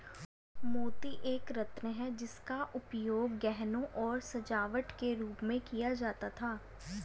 मोती एक रत्न है जिसका उपयोग गहनों और सजावट के रूप में किया जाता था